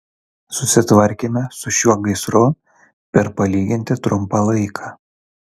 susitvarkėme su šiuo gaisru per palyginti trumpą laiką